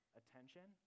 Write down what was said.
attention